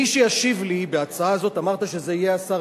מי שישיב לי בהצעה זו, אמרת שזה יהיה השר